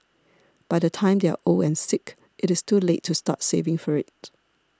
by the time they are old and sick it is too late to start saving for it